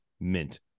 mint